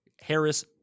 Harris